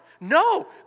No